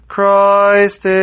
Christ